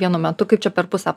vienu metu per pusę